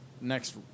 next